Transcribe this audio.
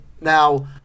Now